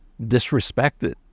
disrespected